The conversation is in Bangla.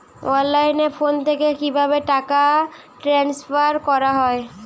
অনলাইনে ফোন থেকে কিভাবে টাকা ট্রান্সফার করা হয়?